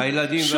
הילדים.